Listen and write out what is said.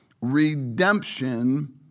redemption